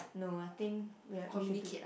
no I think we are we should do